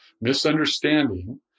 Misunderstanding